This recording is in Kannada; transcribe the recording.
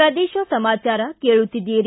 ಪ್ರದೇಶ ಸಮಾಚಾರ ಕೇಳುತ್ತೀದ್ದಿರಿ